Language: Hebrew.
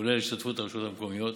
כולל השתתפות הרשויות המקומיות,